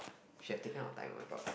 she has taken out time oh-my-god